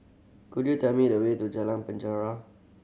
could you tell me the way to Jalan Penjara